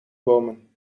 bomen